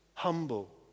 humble